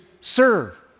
serve